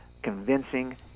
Convincing